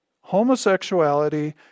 homosexuality